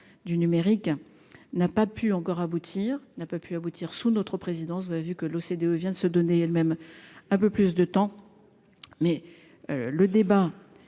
du numérique n'a pas pu encore aboutir n'a pas pu aboutir sous notre présidence va vu que l'OCDE vient de se donner elle-même un peu plus de temps, mais le débat